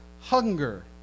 hunger